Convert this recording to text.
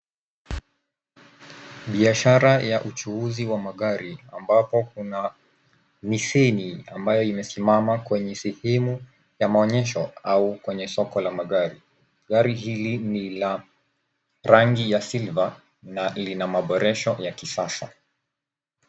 Biashara ya uchuuzi wa magari ambapo kuna niseni ambayo imesimama kwenye sehemu ya maonyesho au kwenye soko la magari. Gari hili ni la rangi ya silver na lina maboresho ya kisasa.